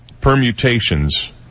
permutations